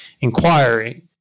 inquiry